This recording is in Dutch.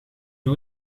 doe